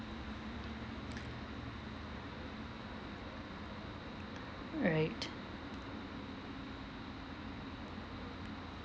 right